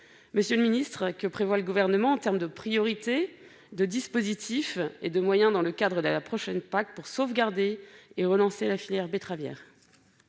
Monsieur le ministre, que prévoit le Gouvernement, en termes de priorités, de dispositifs et de moyens, dans le cadre de la prochaine PAC, pour sauvegarder et relancer la filière betteravière ?